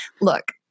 look